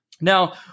Now